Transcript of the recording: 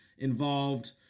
Involved